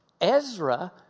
Ezra